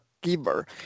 giver